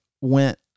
went